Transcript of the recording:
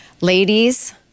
ladies